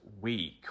week